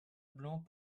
blanc